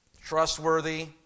trustworthy